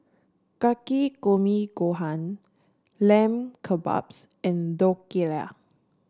Takikomi Gohan Lamb Kebabs and Dhokla